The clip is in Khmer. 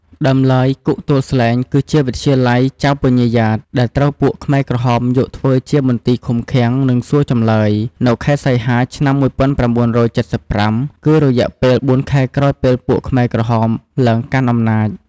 ដើមឡើយ គុកទួលស្លែង គឺជាវិទ្យាល័យចៅពញ្ញាយ៉ាត តែត្រូវពួកខ្មែរក្រហមយកធ្វើជាមន្ទីរឃុំឃាំង និងសួរចម្លើយ នៅខែសីហាឆ្នាំ១៩៧៥ គឺរយៈពេល៤ខែក្រោយពេលពួកខ្មែរក្រហមឡើងកាន់អំណាច។